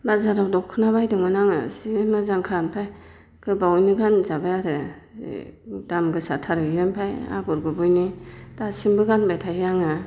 बाजाराव दखना बायदोंमोन आङो जि मोजांखा ओमफ्राय गोबावैनो गानजाबाय आरो दाम गोसाथार बेयो ओमफ्राय आगर गुबैनि दासिमबो गानबाय थायो आङो